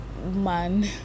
man